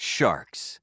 Sharks